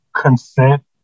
consent